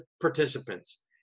participants